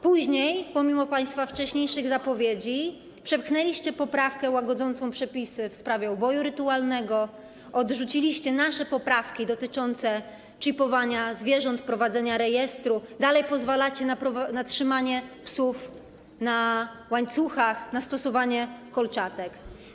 Później, pomimo państwa wcześniejszych zapowiedzi, przepchnęliście poprawkę łagodzącą przepisy w sprawie uboju rytualnego, odrzuciliście nasze poprawki dotyczące czipowania zwierząt, prowadzenia rejestru, dalej pozwalacie na trzymanie psów na łańcuchach, na stosowanie kolczatek.